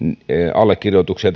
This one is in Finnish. allekirjoituksia